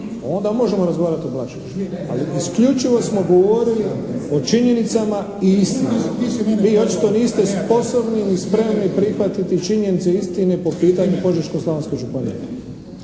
onda možemo razgovarati o blaćenju. Ali isključivo smo govorili o činjenicama i istini. Vi očito niste sposobni ni spremni prihvatiti činjenice i istine po pitanju Požeško-slavonske županije.